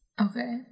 okay